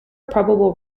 probable